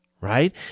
right